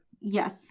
Yes